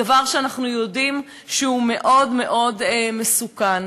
דבר שאנחנו יודעים שהוא מאוד מאוד מסוכן.